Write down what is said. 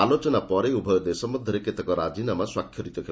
ଆଲୋଚନା ପରେ ଉଭୟ ଦେଶ ମଧ୍ୟରେ କେତେକ ରାଜିନାମା ସ୍ୱାକ୍ଷରିତ ହେବ